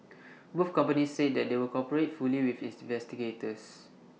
both companies said they would cooperate fully with investigators